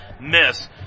miss